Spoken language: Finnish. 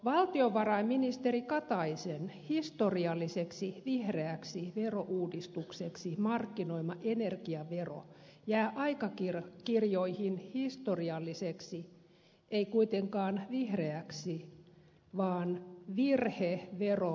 valtiovarainministeri kataisen historialliseksi vihreäksi verouudistukseksi markkinoima energiavero jää aikakirjoihin historialliseksi ei kuitenkaan vihreäksi vaan virheverouudistukseksi